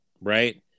right